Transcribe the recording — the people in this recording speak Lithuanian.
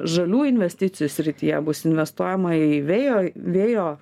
žalių investicijų srityje bus investuojama į vėjo vėjo